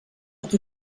qui